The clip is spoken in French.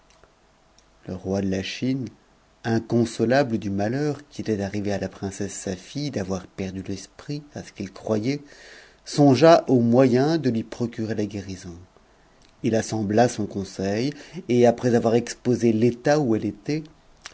le roi de la chine inconso ab c du malheur qui était arrivé à la prm'mses fide d'avoir perdu l'esprit à ce qu'il croyait songea aux moyens procurer la guérison il assembla son cousei et après avoir expose où elle était